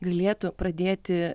galėtų pradėti